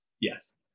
Yes